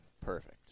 perfect